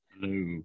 Hello